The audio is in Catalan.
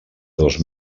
dos